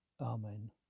Amen